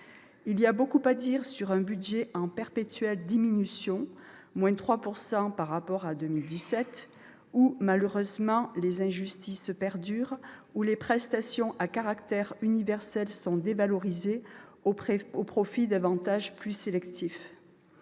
Il y a beaucoup à dire sur un budget en perpétuelle diminution- la baisse est de 3 % par rapport à 2017 -, dans lequel, malheureusement, les injustices perdurent et les prestations à caractère universel sont dévalorisées au profit d'avantages plus sélectifs.